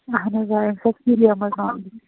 اَہن حظ آ أمِس آسہِ مِلیمٕژ